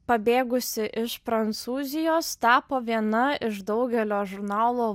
pabėgusi iš prancūzijos tapo viena iš daugelio žurnalo